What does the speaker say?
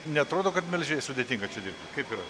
neatrodo kad melžėjui sudėtinga čia dirbti kaip yra